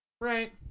right